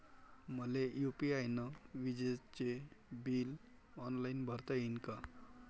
मले यू.पी.आय न विजेचे बिल ऑनलाईन भरता येईन का?